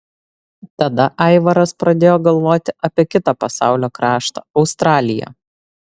tada aivaras pradėjo galvoti apie kitą pasaulio kraštą australiją